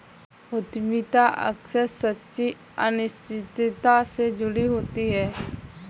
उद्यमिता अक्सर सच्ची अनिश्चितता से जुड़ी होती है